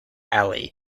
alley